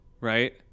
right